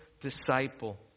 disciple